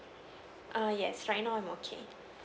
err yes right now I'm okay